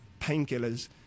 painkillers